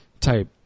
type